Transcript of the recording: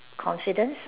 confidence